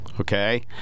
okay